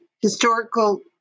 historical